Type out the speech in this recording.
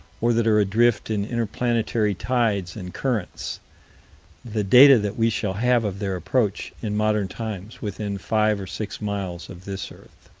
or that are adrift in inter-planetary tides and currents the data that we shall have of their approach, in modern times, within five or six miles of this earth